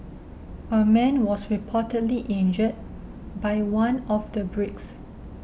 a man was reportedly injured by one of the bricks